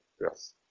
Yes